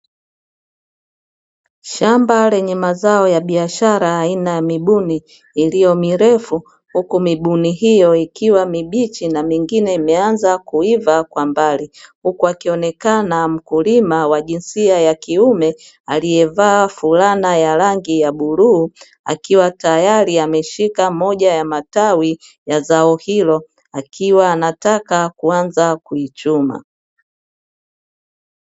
Shamba lenye mazao ya biashara aina ya mibuni iliyo mirefu, huku mibuni hiyo ikiwa mibichi na mingine imeanza kuiva kwa mbali. Huku akionekana mkulima wa jinsia ya kiume aliyevaa fulana ya rangi ya bluu akiwa tayari ameshika moja ya matawi ya zao hilo akiwa anataka kuanza kuichuma.